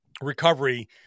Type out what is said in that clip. recovery